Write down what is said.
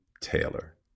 Taylor